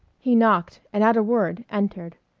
he knocked and, at a word, entered.